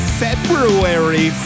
february